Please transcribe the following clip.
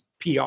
PR